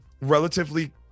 relatively